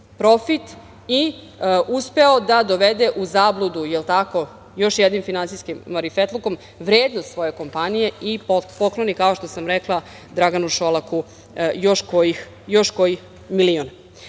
profit, i uspeo da dovede u zabludu još jednim finansijskim marifetlukom vrednost svoje kompanije i pokloni, kao što sam rekla, Draganu Šolaku još koji milion. Dakle,